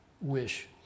wish